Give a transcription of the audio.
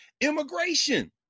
Immigration